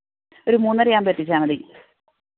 ഒരു മൂന്നര ആവുമ്പോൾ എത്തിച്ചാൽ മതി